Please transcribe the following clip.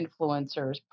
influencers